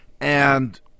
and-